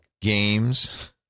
games